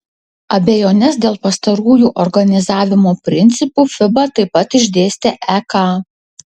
abejones dėl pastarųjų organizavimo principų fiba taip pat išdėstė ek